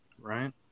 right